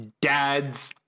dad's